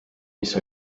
mis